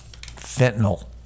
fentanyl